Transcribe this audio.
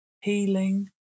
healing